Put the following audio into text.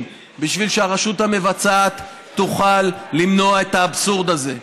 בשביל שהרשות המבצעת תוכל למנוע את האבסורד הזה,